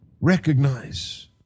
recognize